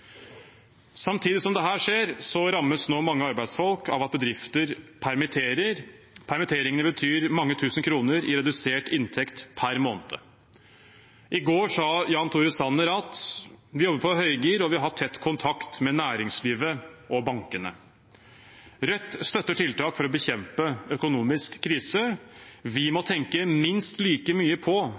Samtidig som dette skjer, rammes nå mange arbeidsfolk av at bedrifter permitterer. Permitteringene betyr mange tusen kroner i redusert inntekt per måned. I går sa Jan Tore Sanner at de jobber på høygir, og at de har hatt tett kontakt med næringslivet og bankene. Rødt støtter tiltak for å bekjempe økonomisk krise. Vi må tenke minst like mye på